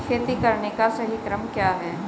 खेती करने का सही क्रम क्या है?